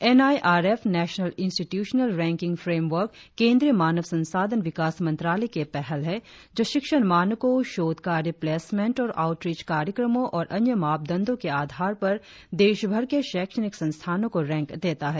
N I R F national institutional ranking framework केंद्रीय मानव संसाधन विकास मंत्रालय की एक पहल है जो शिक्षण मानकों शोध कार्य प्लेसमेंट और आउटरीच कार्यक्रमों और अन्य मापदंडो के आधार पर देशभर के शैक्षणिक संस्थानों को रैंक देता है